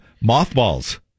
mothballs